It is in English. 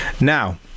now